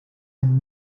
and